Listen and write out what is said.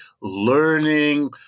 learning